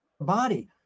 body